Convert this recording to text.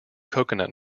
coconut